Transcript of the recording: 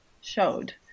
showed